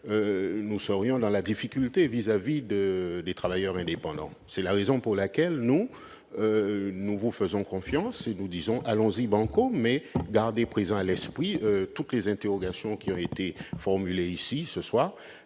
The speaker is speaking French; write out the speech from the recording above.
nous mettrions en difficulté vis-à-vis des travailleurs indépendants. C'est la raison pour laquelle nous vous faisons confiance et nous disons : allons-y, banco ! Cependant, gardez présentes à l'esprit toutes les interrogations qui ont été formulées ici, ce soir,